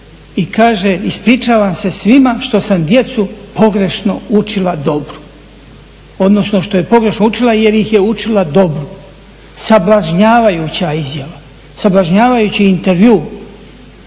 i kaže, ispričavam se svima što sam djecu pogrešno učila dobru, odnosno što je pogrešno učila jer ih je učila dobru. Sabljažnjavajuća izjava, sabljažnjavajući intervju.